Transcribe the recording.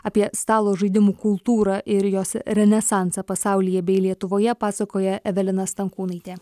apie stalo žaidimų kultūrą ir jos renesansą pasaulyje bei lietuvoje pasakoja evelina stankūnaitė